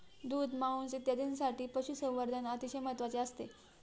दूध, मांस इत्यादींसाठी पशुसंवर्धन अतिशय महत्त्वाचे असते